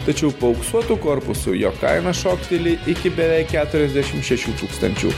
tačiau paauksuotu korpusu jo kaina šokteli iki beveik keturiasdešim šešių tūkstančių